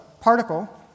particle